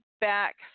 back